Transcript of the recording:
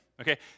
Okay